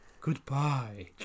Goodbye